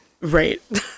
right